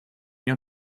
your